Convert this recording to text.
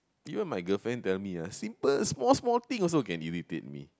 even my girlfriend tell me ah simple small small thing also can irritate me